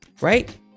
right